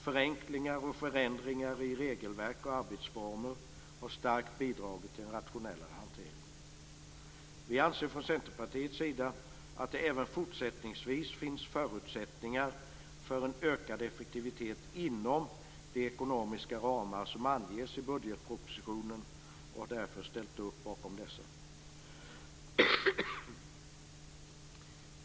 Förenklingar och förändringar i regelverk och arbetsformer har starkt bidragit till en rationellare hantering. Vi anser från Centerpartiets sida att det även fortsättningsvis finns förutsättningar för en ökad effektivitet inom de ekonomiska ramar som anges i budgetpropositionen och har därför ställt oss bakom dessa.